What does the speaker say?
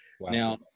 Now